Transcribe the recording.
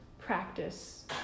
practice